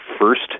first